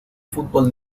fútbol